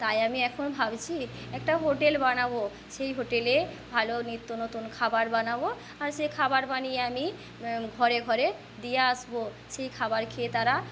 তাই আমি এখন ভাবছি একটা হোটেল বানাবো সেই হোটেলে ভালো নিত্যনতুন খাবার বানাবো আর সেই খাবার বানিয়ে আমি ঘরে ঘরে দিয়ে আসবো সেই খাবার খেয়ে তারা